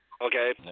Okay